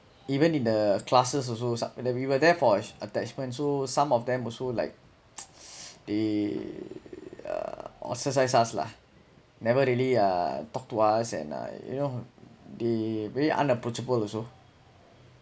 even in the classes also su,~ we were there for an attachment so some of them also like they uh ostracized us lah never really uh talk to us and uh you know they really unapproachable also